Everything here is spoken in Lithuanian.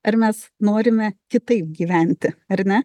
ar mes norime kitaip gyventi ar ne